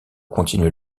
continuer